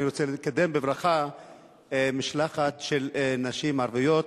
אני רוצה לקדם בברכה משלחת של נשים ערביות,